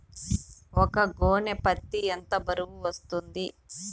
ఒక గోనె పత్తి ఎంత బరువు వస్తుంది?